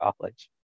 college